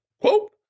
Quote